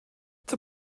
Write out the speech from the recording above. zur